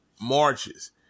marches